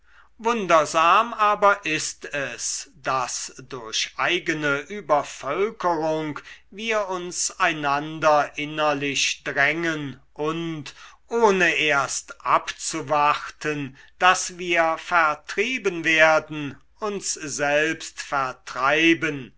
wundersam aber ist es daß durch eigene übervölkerung wir uns einander innerlich drängen und ohne erst abzuwarten daß wir vertrieben werden uns selbst vertreiben